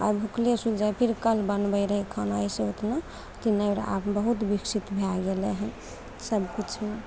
आइ भूखले सुति जाइ फिर कल बनबय रहय खाना अइसे उतना अथी नहि रहय आब बहुत विकसित भए गेलय हँ सब किछुमे